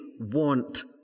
want